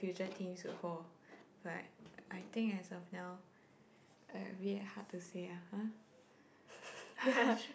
future things will hold now abit hard to say ah